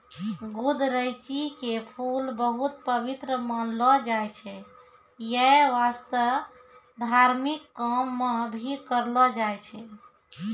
गुदरैंची के फूल बहुत पवित्र मानलो जाय छै यै वास्तं धार्मिक काम मॅ भी करलो जाय छै